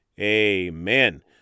Amen